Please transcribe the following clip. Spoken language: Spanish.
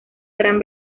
gran